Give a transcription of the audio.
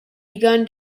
begun